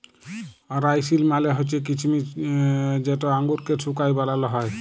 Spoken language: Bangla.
রাইসিল মালে হছে কিছমিছ যেট আঙুরকে শুঁকায় বালাল হ্যয়